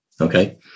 okay